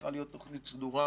צריכה להיות תוכנית סדורה,